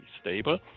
stable